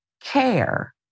care